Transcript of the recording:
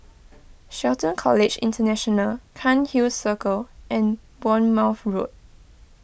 Shelton College International Cairnhill Circle and Bournemouth Road